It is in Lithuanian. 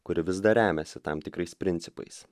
kuri vis dar remiasi tam tikrais principais